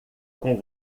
com